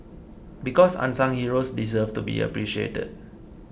because unsung heroes deserve to be appreciated